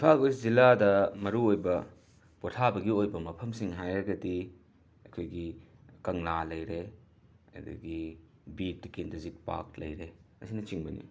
Imphal west ꯖꯤꯂꯥꯗ ꯃꯔꯨ ꯑꯣꯏꯕ ꯄꯣꯊꯥꯕꯒꯤ ꯑꯣꯏꯕ ꯃꯐꯝꯁꯤꯡ ꯍꯥꯏꯔꯒꯗꯤ ꯑꯩꯈꯣꯏꯒꯤ ꯀꯪꯂꯥ ꯂꯩꯔꯦ ꯑꯗꯒꯤ ꯕꯤ ꯇꯤꯀꯦꯟꯗꯖꯤꯠ ꯄꯥꯛ ꯂꯩꯔꯦ ꯑꯁꯤꯅ ꯆꯤꯡꯕꯅꯤ